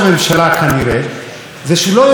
עכשיו, אני חייב להסביר לכם את הדברים.